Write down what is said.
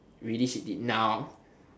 really hate it now